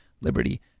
liberty